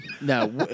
No